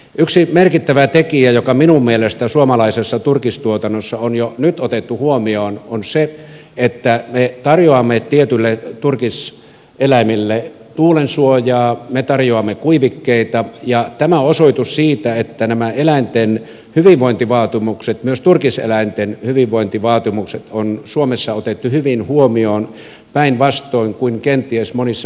yksi merkittävä tekijä joka minun mielestäni suomalaisessa turkistuotannossa on jo nyt otettu huomioon on se että me tarjoamme tietyille turkiseläimille tuulensuojaa me tarjoamme kuivikkeita ja tämä on osoitus siitä että myös turkiseläinten hyvinvointivaatimukset on suomessa otettu hyvin huomioon päinvastoin kuin kenties monissa muissa maissa